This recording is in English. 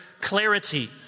clarity